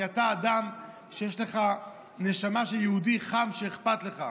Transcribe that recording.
כי אתה אדם שיש לו נשמה של יהודי חם ואכפת לך.